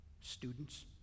students